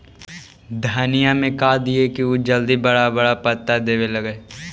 धनिया में का दियै कि उ जल्दी बड़ा बड़ा पता देवे लगै?